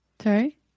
Sorry